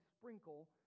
sprinkle